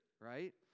right